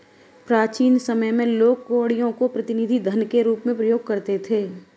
प्राचीन समय में लोग कौड़ियों को प्रतिनिधि धन के रूप में प्रयोग करते थे